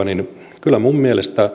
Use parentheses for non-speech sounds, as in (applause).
(unintelligible) niin kyllä minun mielestäni (unintelligible)